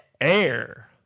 air